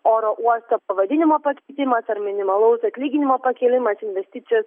oro uosto pavadinimo pakeitimas ar minimalaus atlyginimo pakėlimas investicijos